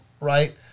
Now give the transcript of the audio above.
right